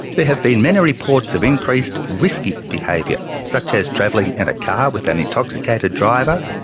there have been many reports of increased risky behaviour such as travelling in a car with an intoxicated driver,